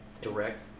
Direct